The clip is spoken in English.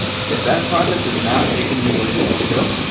if that project is not taking you where you want to go,